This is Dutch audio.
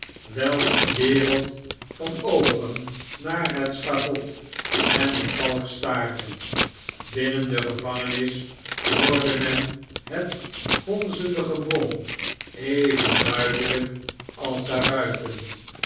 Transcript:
welk eene wereld van oogen naar het schavot en de galg staarde binnen de gevangenis hoorde men het gonzende gebrom even duidelijk als